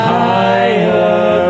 higher